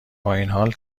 بااینحال